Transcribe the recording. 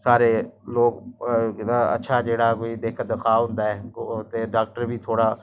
बच्चे गी इक दिन पैह्लै फिर दूऐ दिन बच्चे करदे ऐं ते गोरमैंट कोई बी नमां नमां रूल बी कड्ढी सकदी